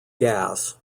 gas